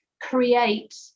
create